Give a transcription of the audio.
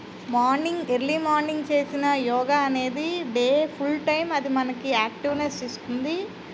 morning early morning చేసిన యోగా అనేది day full time అది మనకి యాక్టివ్నెస్ ఇస్తుంది